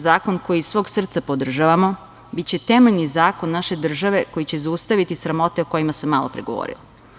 Zakon koji iz sveg srca podržavamo biće temeljni zakon naše države koji će zaustaviti sramote o kojima sam malopre govorila.